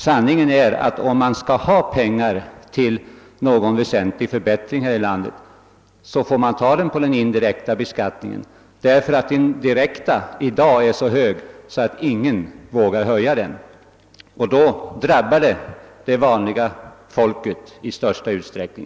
Sanningen är nämligen att man, om man skall ha pengar till någon väsentlig reform här i landet, får ta ut dem genom den indirekta beskattningen, eftersom den direkta i dag är så hög att ingen vågar höja den. I så fall drabbas det vanliga folket i största utsträckning.